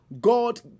God